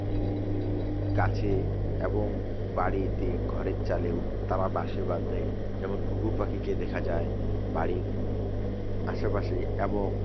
গাছে এবং বাড়িতে ঘরের চালেও তারা বাসা বাঁধে যেমন ঘুঘু পাখিকে দেখা যায় বাড়ির আশেপাশে এবং